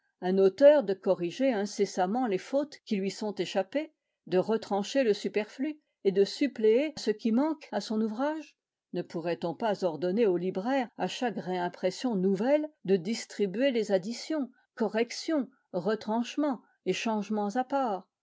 un auteur de corriger incessamment les fautes qui lui sont échappées de retrancher le superflu et de suppléer ce qui manque à son ouvrage ne pourrait-on pas ordonner au libraire à chaque réimpression nouvelle de distribuer les additions corrections retranchements et changements